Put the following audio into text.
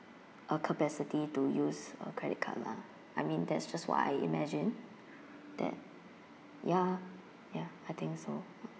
a capacity to use a credit card lah I mean that's just what I imagine that ya ya I think so